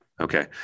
Okay